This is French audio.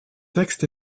textes